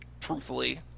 truthfully